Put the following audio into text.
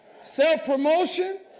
self-promotion